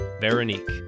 Veronique